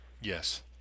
Yes